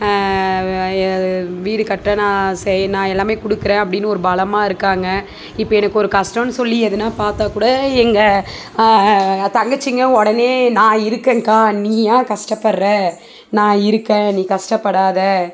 வீடு கட்ட நான் செய் நான் எல்லாமே கொடுக்குறேன் அப்படின்னு ஒரு பலமாக இருக்காங்க இப்போ எனக்கு ஒரு கஷ்டம்னு சொல்லி எதுனா பார்த்தாக்கூட எங்கள் தங்கச்சிங்க உடனே நான் இருக்கேன்க்கா நீ ஏன் கஷ்டப்படுற நான் இருக்கேன் நீ கஷ்டப்படாத